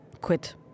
quit